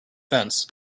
fence